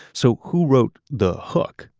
so who wrote the hook?